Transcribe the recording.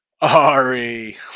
Ari